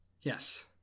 Yes